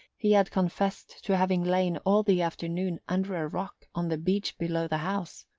he had confessed to having lain all the afternoon under a rock on the beach below the house.